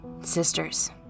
Sisters